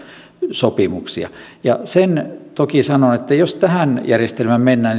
sopimuksia sen toki sanon että jos tähän järjestelmään mennään